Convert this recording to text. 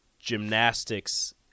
gymnastics